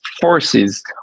forces